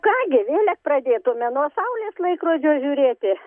ką gi vėl mes pradėtume nuo saulės laikrodžio žiūrėti